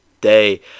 day